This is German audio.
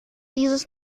dieses